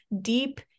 deep